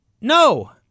No